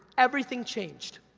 everything changed.